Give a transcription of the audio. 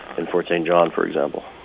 in fort st. john for example.